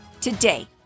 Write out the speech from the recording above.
today